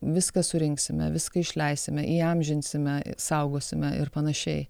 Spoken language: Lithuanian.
viską surinksime viską išleisime įamžinsime saugosime ir panašiai